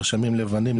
מרשמים לבנים,